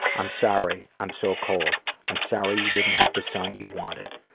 i'm sorry i'm so cold. i'm sorry you didn't have the son you wanted.